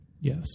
Yes